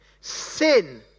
Sin